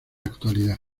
actualidad